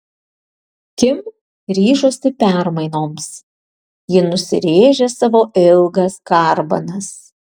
kim ryžosi permainoms ji nusirėžė savo ilgas garbanas